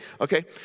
Okay